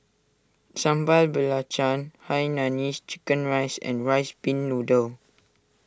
Sambal Belacan Hainanese Chicken Rice and Rice Pin Noodles